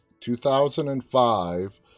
2005